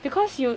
because you